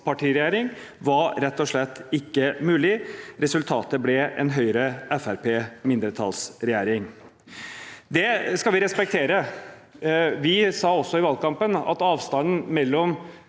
flertallspartiregjering, var rett og slett ikke mulig. Resultatet ble en Høyre–Fremskrittsparti-mindretallsregjering. Det skal vi respektere. Vi sa også i valgkampen at avstanden mellom